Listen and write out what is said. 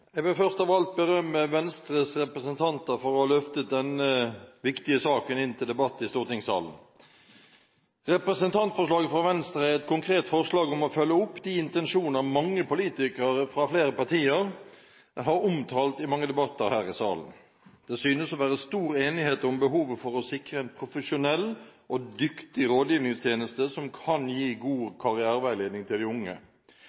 Jeg vil først av alt berømme Venstres representanter for å ha løftet denne viktige saken inn til debatt i stortingssalen. Representantforslaget fra Venstre er et konkret forslag om å følge opp de intensjoner som mange politikere fra flere partier har omtalt i mange debatter her i salen. Det synes å være stor enighet om behovet for å sikre en profesjonell og dyktig rådgivningstjeneste som kan gi god karriereveiledning til de unge.